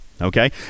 okay